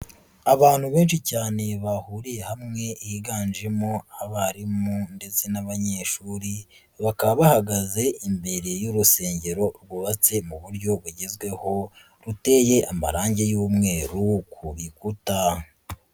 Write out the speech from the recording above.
Abantu benshi cyane bahuriye hamwe higanjemo abarimu ndetse n'abanyeshuri, bakaba bahagaze imbere y'urusengero rwubatse mu buryo bugezweho, ruteye amarange y'umweru ku bikuta.